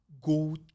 go